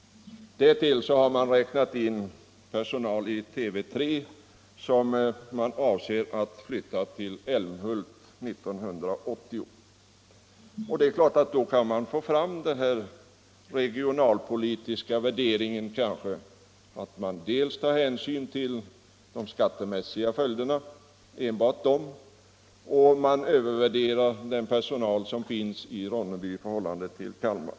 Därtill har räknats in personal vid TV3, som enligt planerna skall flyttas till Älmhult 1980. Man kan kanske komma fram till den regionalpolitiska värdering som utskottet gjort, om man dels enbart ser till de skattemässiga följderna, dels beräknar personalen i Ronneby för högt i förhållande till personalen i Kalmar.